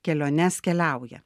keliones keliauja